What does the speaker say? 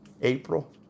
April